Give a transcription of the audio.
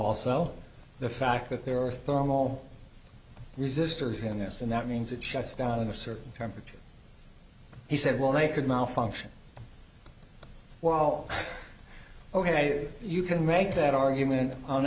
also the fact that there are thermal resistors in this and that means it shuts down in a certain temperature he said well they could malfunction well ok you can make that argument on